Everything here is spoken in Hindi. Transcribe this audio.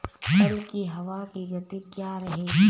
कल की हवा की गति क्या रहेगी?